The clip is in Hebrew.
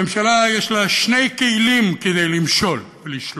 הממשלה, יש לה שני כלים כדי למשול ולשלוט: